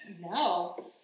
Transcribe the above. No